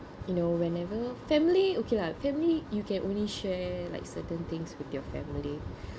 you know whenever family okay lah family you can only share like certain things with your family